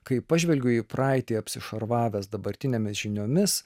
kai pažvelgiu į praeitį apsišarvavęs dabartinėmis žiniomis